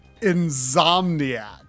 insomniac